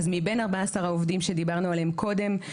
אז מבין 14 העובדים שדיברנו עליהם קודם,